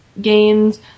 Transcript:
games